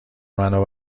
منو